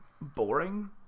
boring